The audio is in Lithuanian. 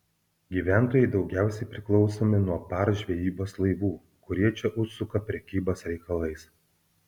gyventojai daugiausiai priklausomi nuo par žvejybos laivų kurie čia užsuka prekybos reikalais